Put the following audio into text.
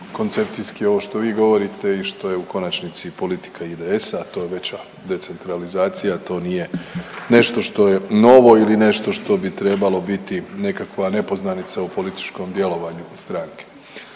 koncepcijski ovo što vi govorite i ovo što je u konačnici i politika IDS-a, to je veća decentralizacija, to nije nešto što je novo ili nešto što bi trebalo biti nekakva nepoznanica u političkom djelovanju stranke.